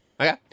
Okay